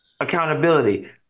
Accountability